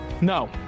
No